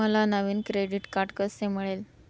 मला नवीन credit card कसे मिळेल?